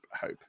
hope